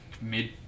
mid